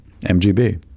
MGB